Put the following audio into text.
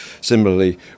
Similarly